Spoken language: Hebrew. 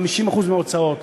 50% מההוצאות,